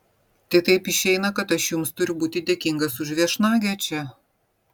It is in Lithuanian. tai taip išeina kad aš jums turiu būti dėkingas už viešnagę čia